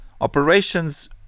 operations